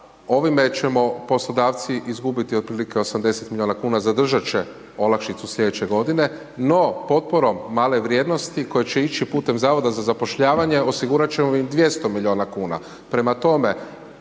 ovime ćemo poslodavci izgubiti otprilike 80 milijuna kn, zadržati će olakšicu sljedeće g. No potporom male vrijednosti, koja će ići putem Zavoda za zapošljavanje osigurati ćemo vam 200 milijuna kn.